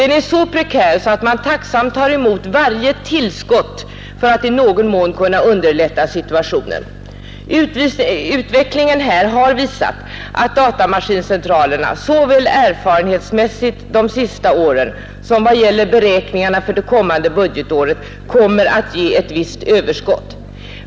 Den är så prekär att man tacksamt tar emot varje tillskott för att i någon mån kunna underlätta situationen. Utvecklingen har visat att datamaskincentralerna såväl erfarenhetsmässigt de senaste åren som i vad gäller beräkningarna för det kommande budgetåret ger ett visst överskott.